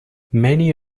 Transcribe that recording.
many